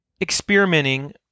experimenting